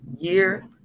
year